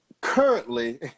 currently